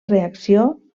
reacció